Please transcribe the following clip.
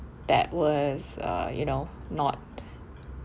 that was uh you know not